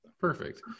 Perfect